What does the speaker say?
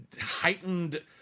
heightened